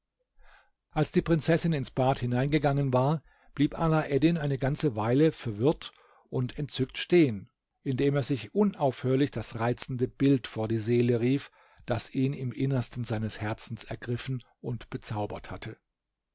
als die prinzessin ins bad hineingegangen war blieb alaeddin eine weile ganz verwirrt und wie entzückt stehen indem er sich unaufhörlich das reizende bild vor die seele rief das ihn im innersten seines herzens ergriffen und bezaubert hatte